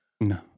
No